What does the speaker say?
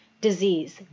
Disease